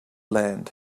land